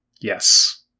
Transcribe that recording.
Yes